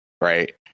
right